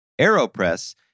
AeroPress